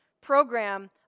program